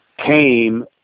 came